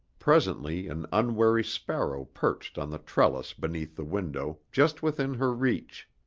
presently an unwary sparrow perched on the trellis beneath the window just within her reach.